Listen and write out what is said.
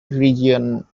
region